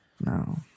No